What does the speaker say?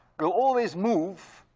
will always move